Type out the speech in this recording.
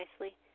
nicely